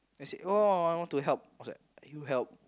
I said oh I want to help I was like you help